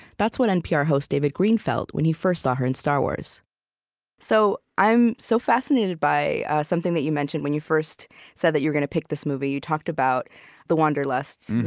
that's what npr host david greene felt when he first saw her in star wars so i'm so fascinated by something that you mentioned when you first said that you were gonna pick this movie. you talked about the wanderlust.